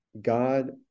God